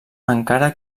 encara